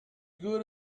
good